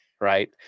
right